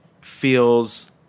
feels